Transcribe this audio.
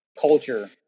culture